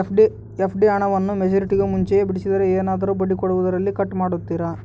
FD ಹಣವನ್ನು ಮೆಚ್ಯೂರಿಟಿಗೂ ಮುಂಚೆನೇ ಬಿಡಿಸಿದರೆ ಏನಾದರೂ ಬಡ್ಡಿ ಕೊಡೋದರಲ್ಲಿ ಕಟ್ ಮಾಡ್ತೇರಾ?